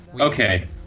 Okay